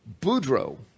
Boudreaux